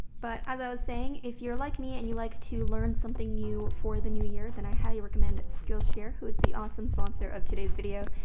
but as i was saying, if you're like me and you like to learn something new for the new year, then i highly recommend skillshare who is the awesome sponsor of today's video.